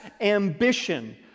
ambition